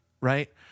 Right